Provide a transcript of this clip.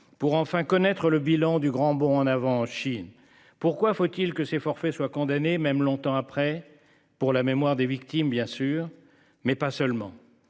pour enfin connaître le bilan du grand bond en avant en Chine. Pourquoi faut-il que ces forfaits soient condamnés même longtemps après pour la mémoire des victimes bien sûr mais pas seulement.